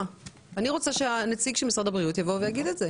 אני רוצה שהנציג של משרד הבריאות יבוא ויגיד את זה.